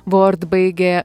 vord baigė